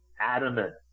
adamant